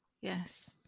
yes